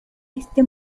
este